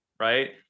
Right